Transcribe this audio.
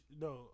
no